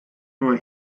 nur